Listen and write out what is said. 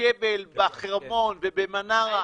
הרכבל בחרמון ובמנרה.